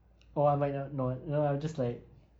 oh I might no~ not you know I'll just like